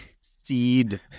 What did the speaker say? seed